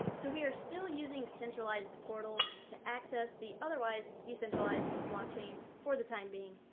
so we are still using centralized portals to access the otherwise decentralized blockchain for the time being.